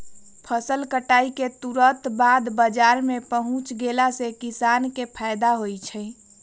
फसल कटाई के तुरत बाद बाजार में पहुच गेला से किसान के फायदा होई छई